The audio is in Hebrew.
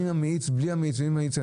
עם המאיץ ובלי המאיץ,